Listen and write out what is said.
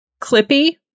Clippy